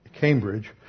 Cambridge